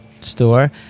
store